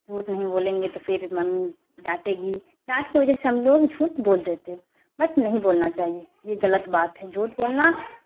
جھوٹ نہیں بولیں گے تو پھر ممی ڈانٹے گی ڈانٹ کی وجہ سے ہم لوگ جھوٹ بول دیتے ہیں بٹ نہیں بولنا چاہیے یہ غلط بات ہے جھوٹ بولنا